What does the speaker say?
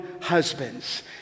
husbands